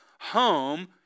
home